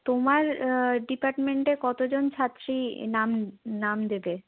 তোমার ডিপার্টমেন্টে কতজন ছাত্রী নাম নাম দেবে